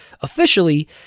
Officially